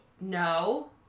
No